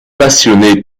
passionné